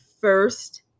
first